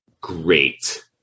great